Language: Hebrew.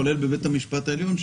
כולל בבית המשפט העליון,